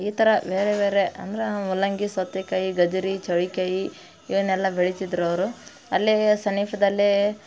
ಈ ಥರ ಬೇರೆ ಬೇರೆ ಅಂದ್ರೆ ಮೂಲಂಗಿ ಸೌತೆಕಾಯಿ ಗಜರಿ ಚೌಳಿಕಾಯಿ ಇವನ್ನೆಲ್ಲ ಬೆಳಿತಿದ್ರು ಅವರು ಅಲ್ಲಿಯೇ ಸಮೀಪದಲ್ಲೇ